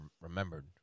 remembered